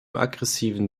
aggressiven